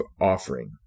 offering